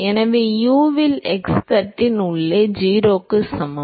எனவே u இல் x தட்டின் உள்ளே 0க்கு சமம்